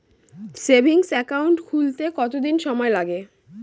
Savings account খুলতে কতদিন সময় লাগে?